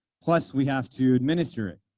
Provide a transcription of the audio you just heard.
plus we have to administer it,